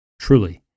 Truly